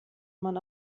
man